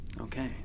Okay